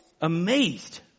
amazed